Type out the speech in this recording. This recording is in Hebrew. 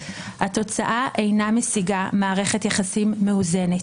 התוצאה אינה משיגה מערכת יחסים מאוזנת,